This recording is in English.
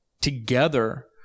together